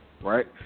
right